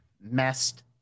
messed